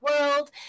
world